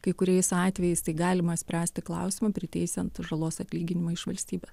kai kuriais atvejais tai galima spręsti klausimą priteisiant žalos atlyginimą iš valstybės